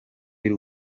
y’u